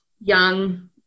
young